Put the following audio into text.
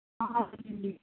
అవునండి